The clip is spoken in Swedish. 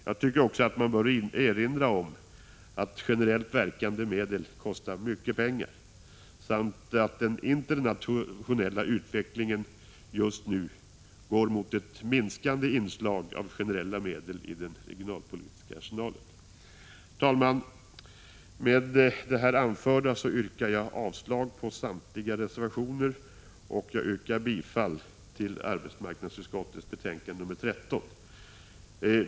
Man bör också erinra om att generellt verkande medel kostar mycket pengar samt att den internationella utvecklingen just nu går mot ett minskande inslag av generella medel i den regionalpolitiska åtgärdsarsenalen. Herr talman! Med det anförda yrkar jag avslag på samtliga reservationer och bifall till hemställan i arbetsmarknadsutskottets betänkande nr 13.